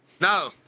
No